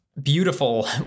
beautiful